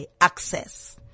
access